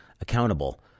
accountable